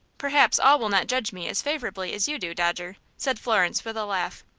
perhaps all will not judge me as favorably as you do, dodger, said florence, with a laugh.